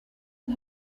und